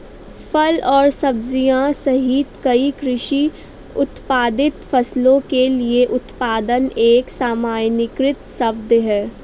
फल और सब्जियां सहित कई कृषि उत्पादित फसलों के लिए उत्पादन एक सामान्यीकृत शब्द है